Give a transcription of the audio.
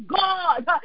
God